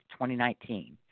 2019